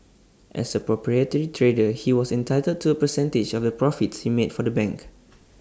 as A proprietary trader he was entitled to A percentage of the profits he made for the bank